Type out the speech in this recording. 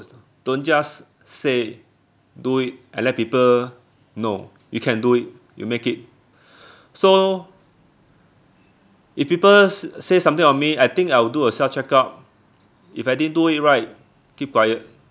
don't just say do it and let people know you can do it you make it so if people sa~ say something of me I think I will do a self checkup if I didn't do it right keep quiet